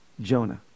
Jonah